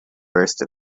burst